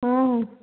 ಹ್ಞೂ